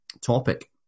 topic